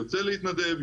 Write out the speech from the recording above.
יוצא להתנדב,